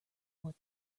what